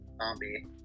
zombie